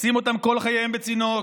לשים אותם כל חייהם בצינוק.